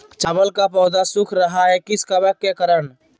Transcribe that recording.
चावल का पौधा सुख रहा है किस कबक के करण?